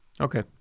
Okay